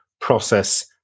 process